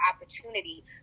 opportunity